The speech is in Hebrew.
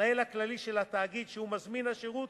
המנהל הכללי של תאגיד שהוא מזמין שירות